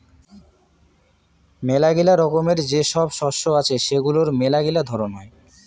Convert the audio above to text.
মেলাগিলা রকমের যে সব শস্য আছে সেগুলার মেলাগিলা ধরন হই